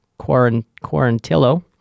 Quarantillo